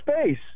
space